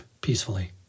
peacefully